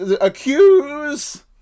accuse